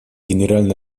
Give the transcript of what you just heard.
генеральная